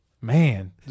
Man